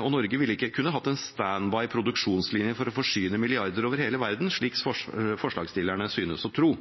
og Norge ville ikke kunne hatt en stand by produksjonslinje for å forsyne milliarder over hele verden, slik forslagsstillerne synes å tro.